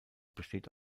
besteht